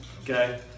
Okay